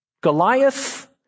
Goliath